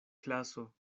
klaso